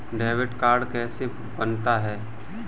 Debit card कैसे बनता है?